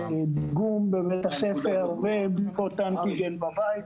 דיגום בבית הספר ובדיקות אנטיגן בבית.